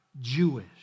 Jewish